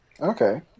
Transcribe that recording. Okay